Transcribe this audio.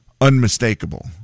unmistakable